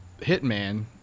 hitman